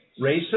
racist